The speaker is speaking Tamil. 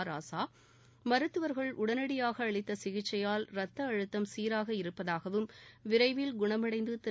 ராசா மருத்துவர்கள் உடனடியாக அளித்த சிகிச்சையால் ரத்த அழுத்தம் சீராக இருப்பதாகவும் விரைவில் குணமடைந்து திரு